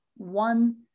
one